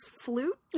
flute